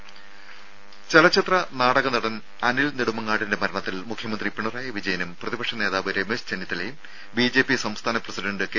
രംഭ ചലച്ചിത്ര നാടക നടൻ അനിൽ നെടുമങ്ങാടിന്റെ മരണത്തിൽ മുഖ്യമന്ത്രി പിണറായി വിജയനും പ്രതിപക്ഷ നേതാവ് രമേശ് ചെന്നിത്തലയും ബിജെപി സംസ്ഥാന പ്രസിഡന്റ് കെ